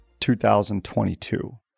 2022